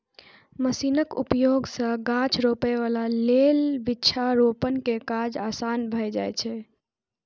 मशीनक उपयोग सं गाछ रोपै बला लेल वृक्षारोपण के काज आसान भए जाइ छै